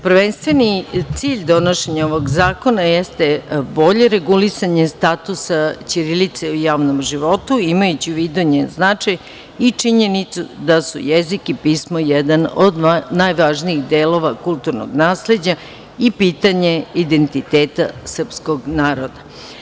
Prvenstveni cilj donošenja ovog zakona jeste bolje regulisanje statusa ćirilice u javnom životu, imajući u vidu njen značaj i činjenicu da su jezik i pismo jedan od najvažnijih delova kulturnog nasleđa i pitanje identiteta srpskog naroda.